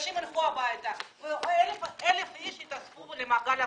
אנשים ילכו הביתה ו-1,000 אנשים יתווספו למעגל האבטלה.